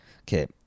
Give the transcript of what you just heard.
Okay